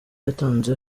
yatanze